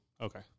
Okay